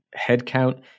headcount